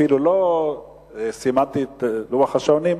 אפילו לא סימנתי את לוח השעונים,